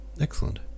Excellent